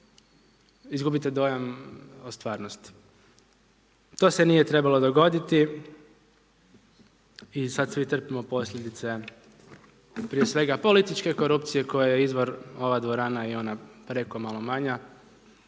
izgubite dojam o stvarnosti. To se nije trebalo dogoditi i sada svi trpimo posljedice, prije svega političke korupcije koja je izvor ova dvorana i ona preko malo manja